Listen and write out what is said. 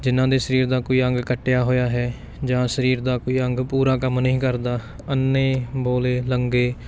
ਜਿਨ੍ਹਾਂ ਦੇ ਸਰੀਰ ਦਾ ਕੋਈ ਅੰਗ ਕੱਟਿਆ ਹੋਇਆ ਹੈ ਜਾਂ ਸਰੀਰ ਦਾ ਕੋਈ ਅੰਗ ਪੂਰਾ ਕੰਮ ਨਹੀਂ ਕਰਦਾ ਅੰਨੇ ਬੋਲੇ ਲੰਗੜੇ